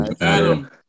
Adam